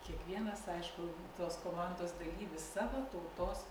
kiekvienas aišku tos komandos dalyvis savo tautos